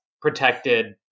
protected